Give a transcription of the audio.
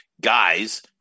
guys